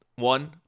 One